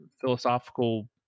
philosophical